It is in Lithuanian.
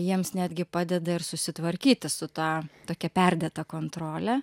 jiems netgi padeda ir susitvarkyti su ta tokia perdėta kontrole